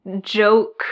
joke